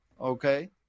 okay